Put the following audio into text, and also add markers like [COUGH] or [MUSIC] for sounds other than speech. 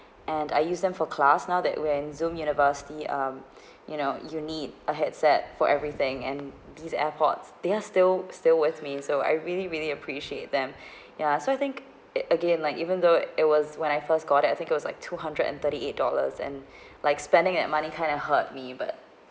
and I used them for class now that when Zoom university um [BREATH] you know you need a headset for everything and these airpods they are still still with me so I really really appreciate them [BREATH] ya so I think it again like even though it was when I first got it I think it was like two hundred and thirty eight dollars and [BREATH] like spending that money kind of hurt me but